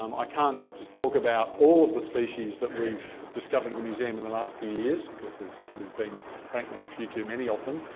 um i can't just talk about all of the species that we've discovered at the museum in the last few years, because there's there's been frankly, a few too many of them,